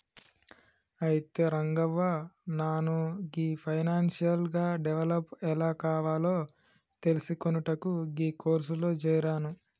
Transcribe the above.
అయితే రంగవ్వ నాను గీ ఫైనాన్షియల్ గా డెవలప్ ఎలా కావాలో తెలిసికొనుటకు గీ కోర్సులో జేరాను